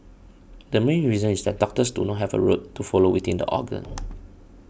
the main reason is that doctors do not have a route to follow within the organ